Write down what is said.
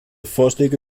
vorschläge